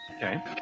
Okay